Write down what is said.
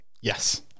Yes